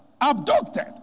abducted